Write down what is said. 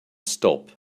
stop